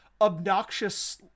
obnoxious